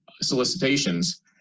solicitations